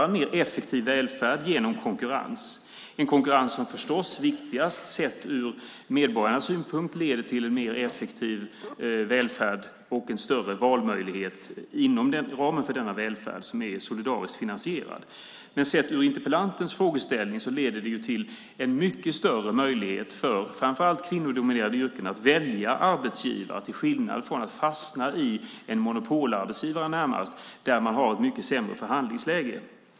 En mer effektiv välfärd skapas genom konkurrens, en konkurrens som förstås, viktigast sett ur medborgarnas synpunkt, leder till en mer effektiv välfärd och en större valmöjlighet inom ramen för den välfärd som är solidariskt finansierad. Som svar på interpellantens frågeställning leder det till en mycket större möjlighet för framför allt dem i kvinnodominerade yrken att välja arbetsgivare, till skillnad från om de fastnar hos en närmast monopolarbetsgivare, där de har ett mycket sämre förhandlingsläge.